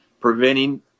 Preventing